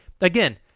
again